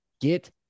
get